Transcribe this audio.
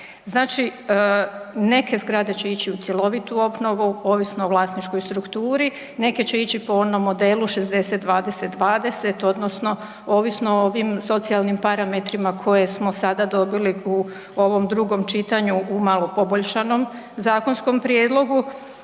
Znači neke zgrade će ići u cjelovitu obnovu ovisno o vlasničkoj strukturi, neke će ići po onom modelu 60, 20, 20 odnosno ovisno o ovim socijalnim parametrima koje smo sada dobili u ovom drugom čitanju u malo poboljšanom zakonskom prijedlogu.